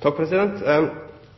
Nå er